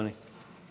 אדוני.